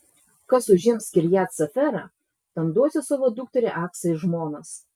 kas užims kirjat seferą tam duosiu savo dukterį achsą į žmonas